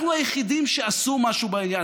אנחנו היחידים שעשו משהו בעניין,